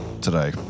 today